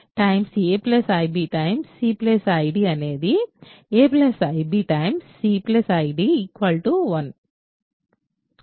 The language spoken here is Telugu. a ib c id అనేది a ibc id 1